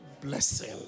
blessing